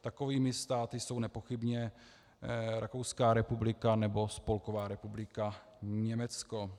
Takovými státy jsou nepochybně Rakouská republika nebo Spolková republika Německo.